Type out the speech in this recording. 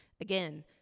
Again